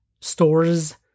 stores